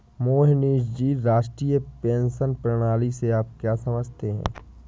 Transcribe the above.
मोहनीश जी, राष्ट्रीय पेंशन प्रणाली से आप क्या समझते है?